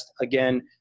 again